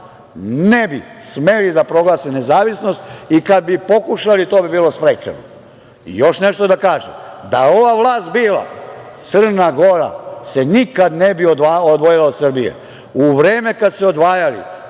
ne bi smeli da proglase nezavisnost i kad bi pokušali, to bi bilo sprečeno. Još nešto da kažem, da je ova vlast bila Crna Gora se nikad ne bi odvojila od Srbije. U vreme kad su je odvajali,